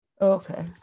Okay